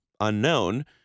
unknown